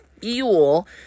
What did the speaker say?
fuel